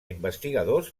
investigadors